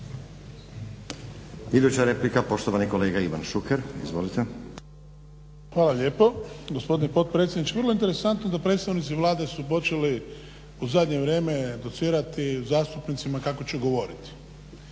Hvala lijepo gospodine potpredsjedniče. Vrlo interesantno da predstavnici Vlade su počeli u zadnje vrijeme educirati zastupnicima kako će govoriti.